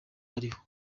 ariho